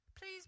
please